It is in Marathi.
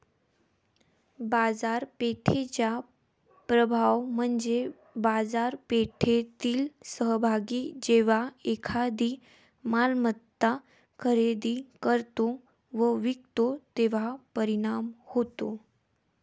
बाजारपेठेचा प्रभाव म्हणजे बाजारपेठेतील सहभागी जेव्हा एखादी मालमत्ता खरेदी करतो व विकतो तेव्हा परिणाम होतो